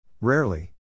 Rarely